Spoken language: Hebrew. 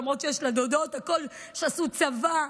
למרות שיש לה דודות שעשו צבא,